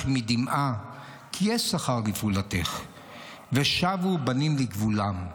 מדמעה כי יש שכר לפעֻלתך --- ושבו בנים לגבולם".